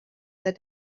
that